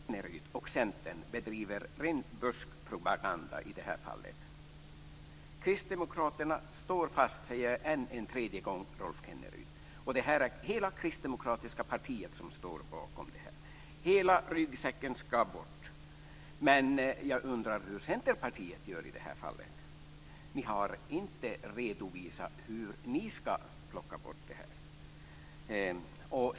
Fru talman! Rolf Kenneryd och Centern bedriver ren buskpropaganda i det här fallet. Kristdemokraterna står fast, Rolf Kenneryd. Jag säger det en tredje gång. Hela det kristdemokratiska partiet står bakom detta. Hela ryggsäcken skall bort. Men jag undrar hur Centerpartiet gör i det här fallet. Ni har inte redovisat hur ni skall plocka bort detta.